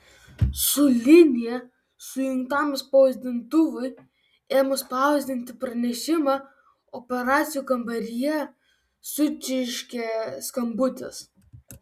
su linija sujungtam spausdintuvui ėmus spausdinti pranešimą operacijų kambaryje sučirškė skambutis